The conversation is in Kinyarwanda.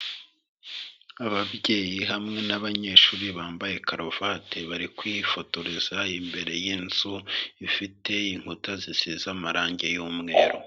Ababyeyi hamwe n'abanyeshuri bambaye karuvati bari kwifotoreza imbere y'inzu ifite inkuta zisize amarange y'umweru.